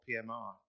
PMR